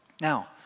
Now